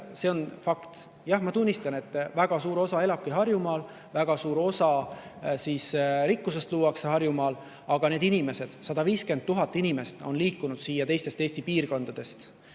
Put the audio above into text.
on fakt. Jah, ma tunnistan, et väga suur osa elabki Harjumaal, väga suur osa rikkusest luuakse Harjumaal, aga need inimesed, 150 000 inimest on liikunud siia teistest Eesti piirkondadest: